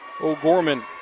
O'Gorman